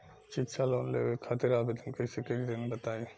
शिक्षा लोन लेवे खातिर आवेदन कइसे करि तनि बताई?